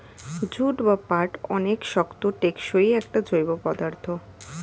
jute বা পাট অনেক শক্ত, টেকসই একটা জৈব পদার্থ